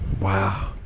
Wow